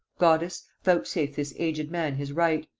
goddess, vouchsafe this aged man his right,